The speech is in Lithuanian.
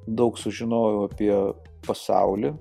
daug sužinojau apie pasaulį